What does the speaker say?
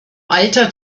alter